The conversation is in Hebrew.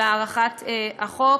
על הארכת החוק.